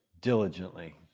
diligently